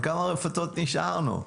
עם כמה רפתות נשארנו?